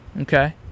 Okay